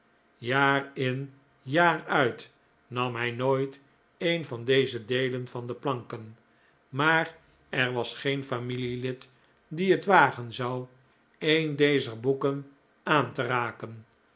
jaar in jaar uit nam hij nooit een van deze deelen van de planken maar er was geen familielid die het wagen zou een dezer boeken aan te raken